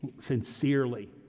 sincerely